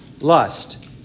lust